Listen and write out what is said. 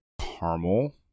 caramel